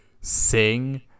sing